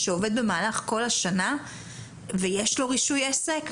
שעובד במהלך כל השנה ויש לו רישוי עסק,